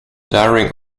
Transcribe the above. daring